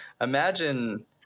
imagine